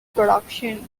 production